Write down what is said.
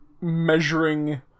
measuring